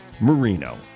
Marino